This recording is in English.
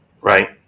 Right